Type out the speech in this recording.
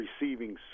receiving